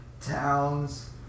towns